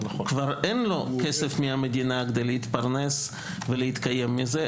כבר אין לו כסף מהמדינה כדי להתפרנס ולהתקיים מזה,